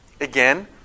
Again